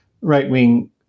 right-wing